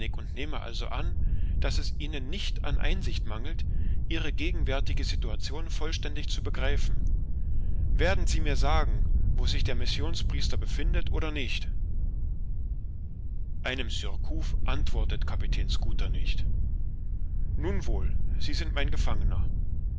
und nehme also an daß es ihnen nicht an einsicht mangelt ihre gegenwärtige situation vollständig zu begreifen werden sie mir sagen wo sich der missionspriester befindet oder nicht einem surcouf antwortet kapitän schooter nicht nun wohl sie sind mein gefangener